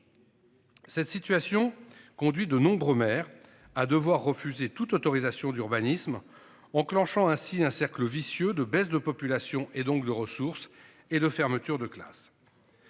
Cette situation conduit de nombreux maires à devoir refuser toute autorisation d'urbanisme enclenchant ainsi un cercle vicieux de baisse de population et donc de ressources et de fermetures de classes.